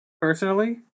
personally